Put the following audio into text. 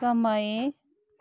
समय